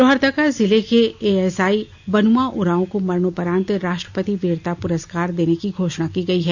लोहरदगा जिले के एएसआई बनुआ उरांव को मरणोपरांत राष्ट्रपति वीरता पदक पुरस्कार देने की घोषणा की गई है